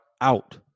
out